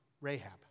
Rahab